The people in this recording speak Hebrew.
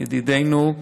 ידידנו,